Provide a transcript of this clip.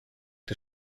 der